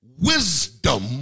wisdom